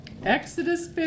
Exodus